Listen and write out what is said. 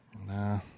Nah